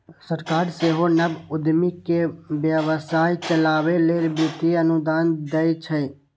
सरकार सेहो नव उद्यमी कें व्यवसाय चलाबै लेल वित्तीय अनुदान दै छै